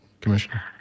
commissioner